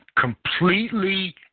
completely